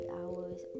hours